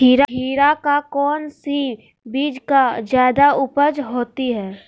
खीरा का कौन सी बीज का जयादा उपज होती है?